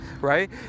Right